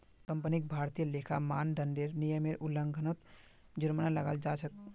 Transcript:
कंपनीक भारतीय लेखा मानदंडेर नियमेर उल्लंघनत जुर्माना लगाल जा तेक